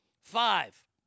Five